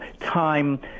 time